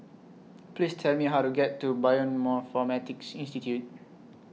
Please Tell Me How to get to Bioinformatics Institute